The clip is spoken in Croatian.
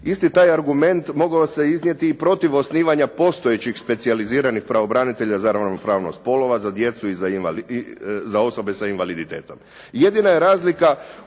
Isti taj argument mogao se iznijeti i protiv osnivanja postojećih specijaliziranih pravobranitelja za ravnopravnost spolova, za djecu i za osobe sa invaliditetom.